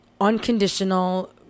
unconditional